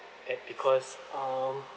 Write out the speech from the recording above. at because um